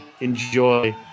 Enjoy